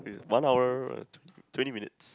one hour twenty minutes